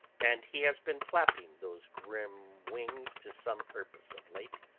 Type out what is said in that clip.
and he has been flapping those grim wings to some purpose of late